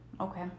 Okay